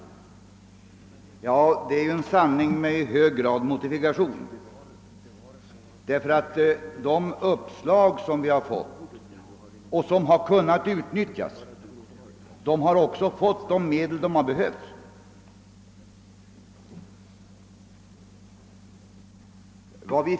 Detta är i hög grad en sanning med modifikation; när det gäller de uppslag som framförts och som har kunnat utnyttjas har de medel som har behövts anslagits.